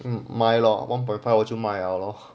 um mm 买 lor one point five 就买了 lor